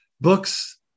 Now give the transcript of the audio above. books